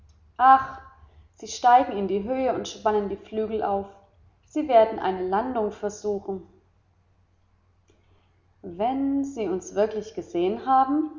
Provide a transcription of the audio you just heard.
sie steigen in die höhe und spannen die flügel auf sie werden eine landung versuchen wenn sie wirklich uns gesehen haben